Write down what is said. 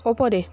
ওপরে